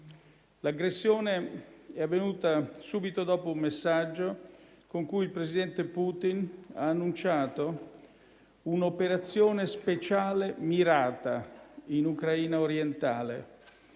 L'aggressione è avvenuta subito dopo un messaggio con cui il presidente Putin ha annunciato un'operazione speciale mirata in Ucraina orientale,